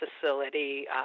facility